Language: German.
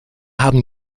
haben